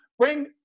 Bring